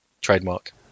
trademark